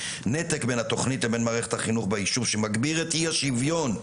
נתק בין התוכנית ובין מערכת החינוך ביישוב שמגביר את אי השוויון,